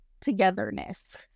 togetherness